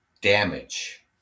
damage